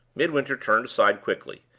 midwinter turned aside quickly,